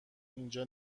اینجا